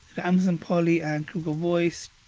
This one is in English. amazon polly and google voice.